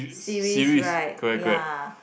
series right ya